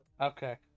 okay